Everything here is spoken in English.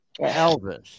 Elvis